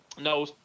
No